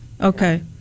Okay